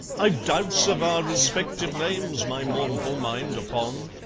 i've doubts of our respective names, my mournful mind upon.